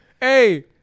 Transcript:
hey